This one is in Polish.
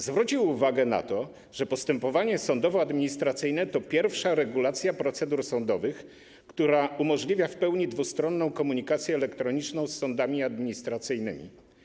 Zwrócił on uwagę na to, że postępowanie sądowoadministracyjne to pierwsza regulacja procedur sądowych, która umożliwia w pełni dwustronną komunikację elektroniczną z sądami administracyjnymi.